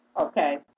Okay